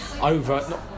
over